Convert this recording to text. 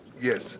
Yes